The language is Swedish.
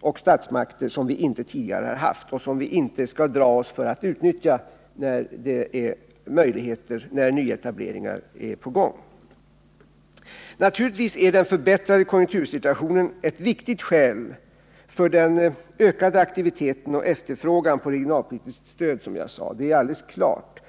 och statsmakter som vi tidigare inte har haft och som vi inte skall dra oss för att utnyttja när nyetableringar är på gång. Naturligtvis är den förbättrade konjunktursituationen ett viktigt skäl för den ökade aktiviteten och efterfrågan på regionalpolitiskt stöd — det är alldeles klart.